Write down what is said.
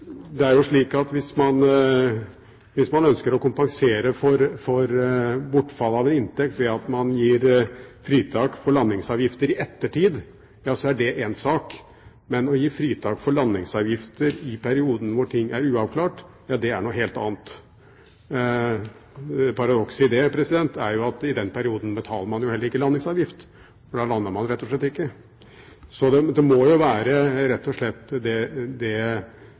Det er jo slik at hvis man ønsker å kompensere for bortfallet av en inntekt ved at man gir fritak for landingsavgifter i ettertid, er det én sak. Men å gi fritak for landingsavgifter i perioden hvor ting er uavklart, er noe helt annet. Paradokset i det er jo at i den perioden betaler man jo heller ikke landingsavgift, for da lander man ikke. Så den kompensasjonsordningen man her lanserer, burde vært med i forslaget til vedtak. Alt i alt syns vi at dette er for upresist og